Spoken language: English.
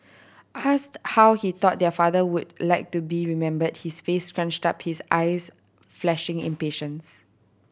asked how he thought their father would like to be remembered his face scrunched up his eyes flashing impatience